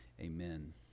Amen